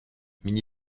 mini